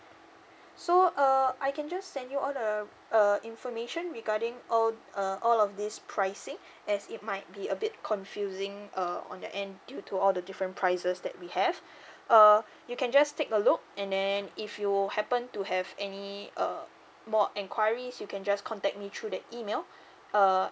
so uh I can just send you all the uh information regarding all uh all of this pricing as it might be a bit confusing uh on the end due to all the different prices that we have uh you can just take a look and then if you happen to have any uh more enquiries you can just contact me through that email uh